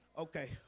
okay